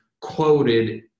quoted